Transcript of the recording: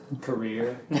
Career